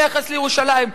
ביחס לירושלים,